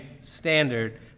standard